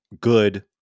Good